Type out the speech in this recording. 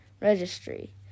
registry